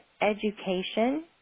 education